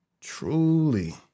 truly